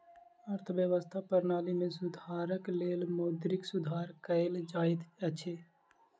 अर्थव्यवस्था प्रणाली में सुधारक लेल मौद्रिक सुधार कयल जाइत अछि